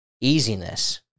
Easiness